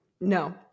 No